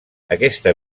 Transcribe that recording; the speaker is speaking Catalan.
aquesta